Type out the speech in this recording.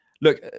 Look